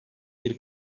bir